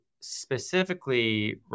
specifically